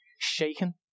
shaken